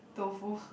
tofu